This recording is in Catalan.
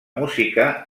música